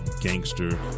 gangster